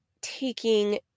taking